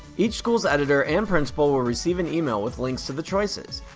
each school's editor and principal will receive an email with links to the choices.